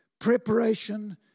preparation